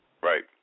Right